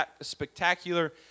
spectacular